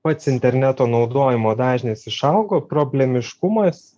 pats interneto naudojimo dažnis išaugo problemiškumas